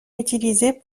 utilisés